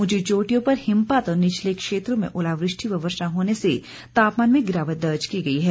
उंची चोटियों पर हिमपात और निचले क्षेत्रों में ओलावृष्टि व वर्षा होने से तापमान में गिरावट दर्ज की गई है